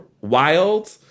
wild